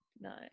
no